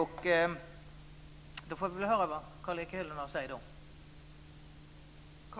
Vi får höra vad han har att säga.